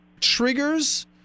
triggers